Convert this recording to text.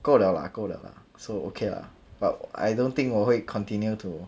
够 liao 够 liao lah so okay lah but I don't think 我会 continue to